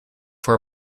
for